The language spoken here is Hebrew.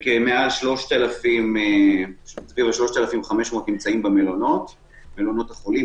ומעל 3,500 נמצאים במלונות החולים.